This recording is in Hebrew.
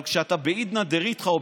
אבל כשאתה בעידנא דרתחא,